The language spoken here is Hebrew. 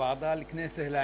(אומר דברים בשפה הערבית,